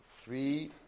three